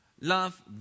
love